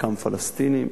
חלקם פלסטינים.